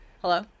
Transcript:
hello